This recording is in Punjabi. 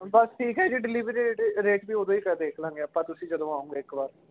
ਬੱਸ ਠੀਕ ਹੈ ਜੀ ਡਿਲੀਵਰੀ ਰੇਟ ਰੇਟ ਵੀ ਉਦੋਂ ਹੀ ਕਰ ਦੇਖ ਲਾਂਗੇ ਆਪਾਂ ਤੁਸੀਂ ਜਦੋਂ ਆਉਗੇ ਇੱਕ ਵਾਰ